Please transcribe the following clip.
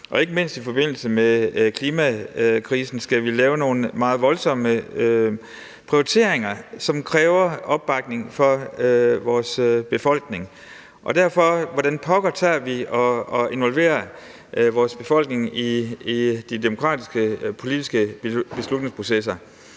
vi ikke mindst i forbindelse med klimakrisen skal lave noget meget voldsomme prioriteringer, som kræver opbakning fra vores befolkning. Derfor kan vi spørge: Hvordan pokker tager vi og involverer vores befolkning i de demokratiske og politiske beslutningsprocesser?